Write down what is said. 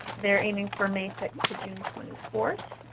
they're aiming for may six to june twenty four.